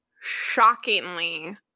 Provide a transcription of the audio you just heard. shockingly